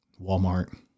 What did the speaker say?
Walmart